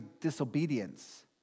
disobedience